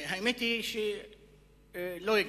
האמת היא שלא הגבתי.